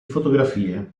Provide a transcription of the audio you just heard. fotografie